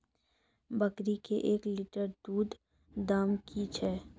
बकरी के एक लिटर दूध दाम कि छ?